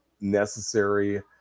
necessary